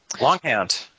Longhand